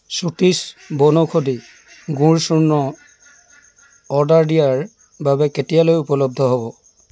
শ্ৰুতিছ বনৌষধি গুড় চূৰ্ণ অৰ্ডাৰ দিয়াৰ বাবে কেতিয়ালৈ উপলব্ধ হ'ব